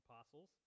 apostles